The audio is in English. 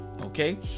okay